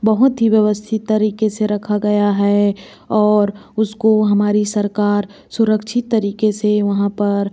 बहुत ही व्यवस्थित तरीके से रखा गया है और उसको हमारी सरकार सुरक्षित तरीके से वहाँ पर